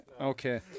okay